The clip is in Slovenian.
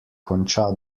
konča